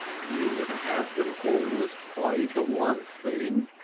you would have them always play but one thing?